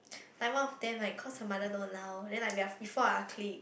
like one of them like cause her mother don't allow then like we are we four are a clique